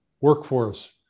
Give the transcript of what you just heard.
workforce